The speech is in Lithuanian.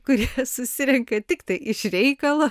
kuri susirenka tiktai iš reikalo